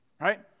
right